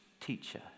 teacher